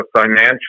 financial